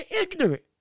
ignorant